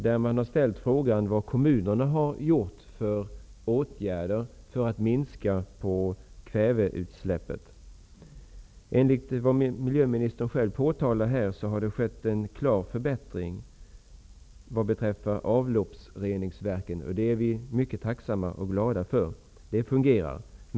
Där har man ställt frågan vilka åtgärder kommunerna har vidtagit för att minska kväveutsläppet. Enligt vad miljöministern själv påtalar här har det skett en klar förbättring vad beträffar avloppsreningsverken. Det är vi mycket tacksamma och glada för. Det fungerar.